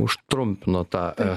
užtrumpino tą